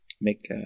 make